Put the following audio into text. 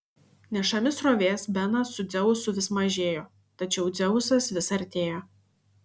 nešami srovės benas su dzeusu vis mažėjo tačiau dzeusas vis artėjo